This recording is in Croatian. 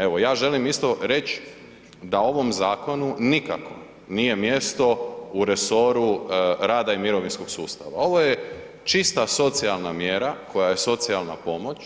Evo ja želim isto reć da ovom zakonu nikako nije mjesto u resoru rada i mirovinskog sustava, ovo je čista socijalna mjera koja je socijalna pomoć